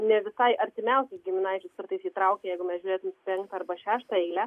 ne visai artimiausius giminaičius kartais įtraukia jeigu mes žiūrėtumėm penktą arba šeštą eilę